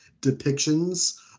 depictions